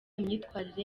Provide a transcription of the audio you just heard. myitwarire